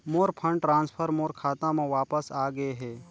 मोर fund transfer मोर खाता म वापस आ गे हे